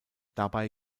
dabei